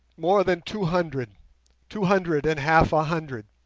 more than two hundred two hundred and half a hundred